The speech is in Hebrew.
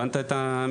הבנת את המכניזם?